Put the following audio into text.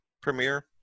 premiere